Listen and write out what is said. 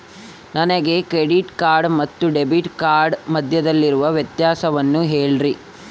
ನನಗೆ credit card ಮತ್ತು debit ಕಾರ್ಡಿನ ಮಧ್ಯದಲ್ಲಿರುವ ವ್ಯತ್ಯಾಸವನ್ನು ಹೇಳ್ರಿ?